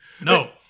No